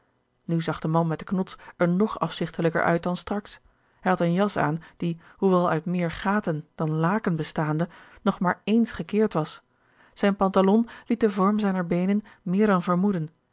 nu zag de man met de knods er nog afzigtelijker uit dan straks hij had een jas aan die hoewel uit meer gaten dan laken bestaande nog maar ééns gekeerd was zijn pantalon liet den vorm zijner beenen meer dan vermoeden